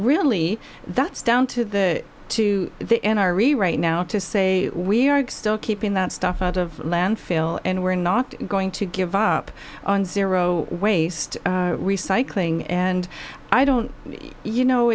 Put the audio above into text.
really the it's down to the to the n r a right now to say we are still keeping that stuff out of landfill and we're not going to give up on zero waste recycling and i don't you know